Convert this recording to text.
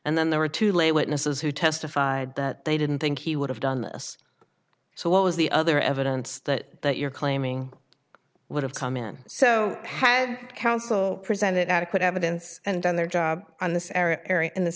and then there were two late witnesses who testified that they didn't think he would have done this so what was the other evidence that you're claiming would have come in so had counsel presented adequate evidence and done their job on this